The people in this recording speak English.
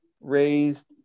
raised